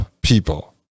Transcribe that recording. people